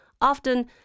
often